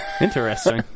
Interesting